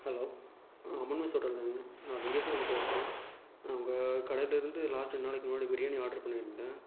hello Amman mess hotel தானங்க நான் லிங்கேஷ்வரன் பேசுகிறேன் நான் உங்கள் கடையில இருந்து லாஸ்ட்டு ரெண்டு நாளைக்கு முன்னாடி பிரியாணி ஆட்ரு பண்ணிருந்தேன்